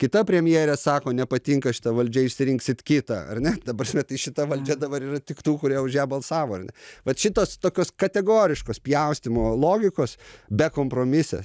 kita premjerė sako nepatinka šita valdžia išsirinksit kitą ar ne ta prasme tai šita valdžia dabar yra tik tų kurie už ją balsavo ar ne vat šitos tokios kategoriškos pjaustymo logikos bekompromisės